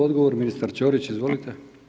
Odgovor ministar Čorić, izvolite.